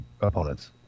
opponents